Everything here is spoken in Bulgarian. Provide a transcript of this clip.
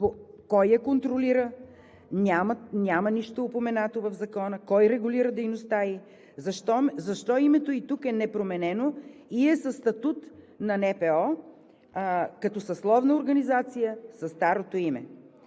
кой я контролира? Няма нищо упоменато в закона кой регулира дейността ѝ, защо името ѝ тук е непроменено и е със статут на НПО, а като съсловна организация – със старото име?